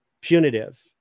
punitive